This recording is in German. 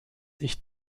ich